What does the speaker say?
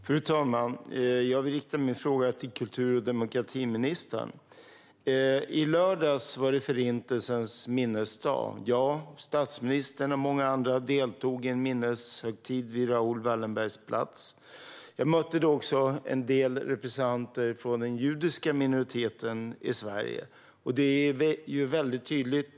Fru talman! Jag vill rikta min fråga till kultur och demokratiministern. I lördags var det Förintelsens minnesdag. Jag, statsministern och många andra deltog i en minneshögtid vid Raoul Wallenbergs plats. Jag mötte då också en del representanter från den judiska minoriteten i Sverige.